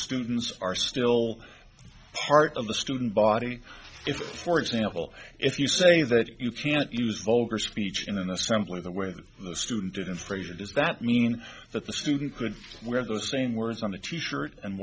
students are still part of the student body if for example if you say that you can't use vulgar speech in an assembly the way that the student didn't phrase it does that mean that the student could wear the same words on a t shirt and